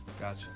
Gotcha